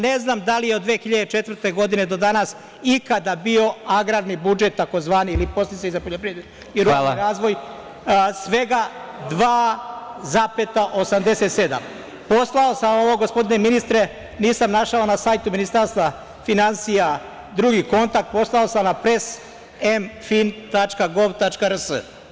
Ne znam da li je od 2004. godine do danas ikada bio agrarni budžet takozvani ili podsticaji za poljoprivredu i ruralni razvoj svega 2,87%. (Predsedavajući: Hvala.) Poslao sam vam ovo, gospodine ministre, nisam našao na sajtu Ministarstva finansija drugi kontakt, poslao sam na pres mfin.gov.rs.